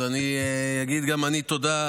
אז אגיד גם אני תודה.